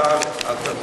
אז שר התחבורה,